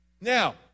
Now